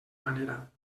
manera